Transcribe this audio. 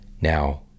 Now